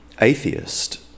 atheist